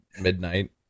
midnight